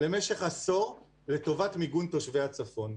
למשך עשור לטובת מיגון תושבי הצפון,